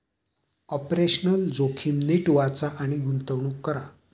operational जोखीम नीट वाचा आणि गुंतवणूक करा